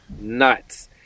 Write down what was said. nuts